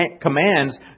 commands